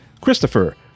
Christopher